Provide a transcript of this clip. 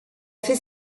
fait